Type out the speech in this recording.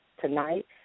tonight